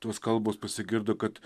tos kalbos pasigirdo kad